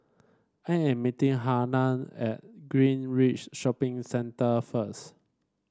I am meeting Hannah at Greenridge Shopping Centre first